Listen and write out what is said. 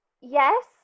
yes